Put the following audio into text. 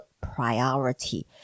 priority